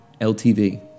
LTV